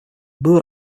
был